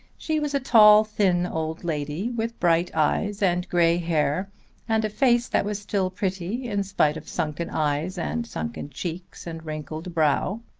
she was a tall thin old lady with bright eyes and grey hair and a face that was still pretty in spite of sunken eyes and sunken cheeks and wrinkled brow.